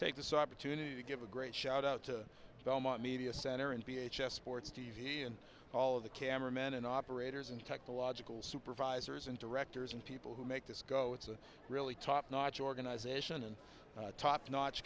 take this opportunity to give a great shout out to belmont media center and v h s sports t v and all of the cameramen and operators and technological supervisors and directors and people who make this go it's a really top notch organization and a top notch